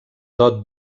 dot